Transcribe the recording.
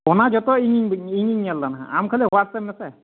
ᱚᱱᱟ ᱡᱚᱛᱚ ᱤᱧᱤᱧ ᱤᱧᱤᱧ ᱧᱮᱞ ᱮᱫᱟ ᱱᱟᱦᱟᱜ ᱟᱢ ᱠᱷᱟᱹᱞᱤ ᱦᱚᱣᱟᱴᱥᱮᱯ ᱢᱮᱥᱮ